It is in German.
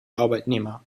arbeitnehmer